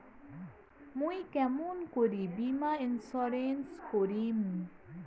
মুই কেমন করি বীমা ইন্সুরেন্স করিম?